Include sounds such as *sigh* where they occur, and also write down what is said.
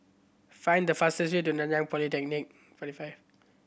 find the fastest way to Nanyang Polytechnic *unintelligible*